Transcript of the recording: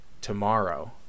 tomorrow